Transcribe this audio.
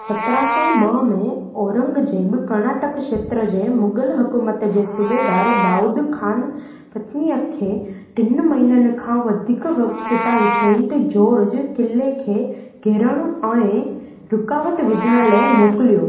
सत्रहं सौ ॿ में औरंगजेब कर्नाटक खेत्र जे मुगल हुकूमत जे सूबेदार दाऊद खान पन्नीअ खे टिनि महीननि खां वधीक वक़्त ताईं सेंट जॉर्ज किले खे घेरणु ऐं रुकावट विझण लाइ मोकिलियो